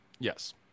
Yes